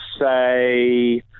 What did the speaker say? say